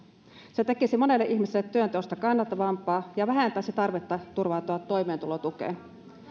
se tekisi monelle ihmiselle työnteosta kannattavampaa ja vähentäisi tarvetta turvautua toimeentulotukeen